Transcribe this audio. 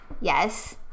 Yes